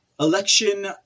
election